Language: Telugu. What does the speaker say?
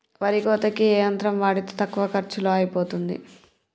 వరి కోతకి ఏ యంత్రం వాడితే తక్కువ ఖర్చులో అయిపోతుంది?